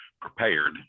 prepared